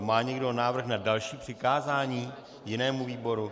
Má někdo návrh na přikázání jinému výboru?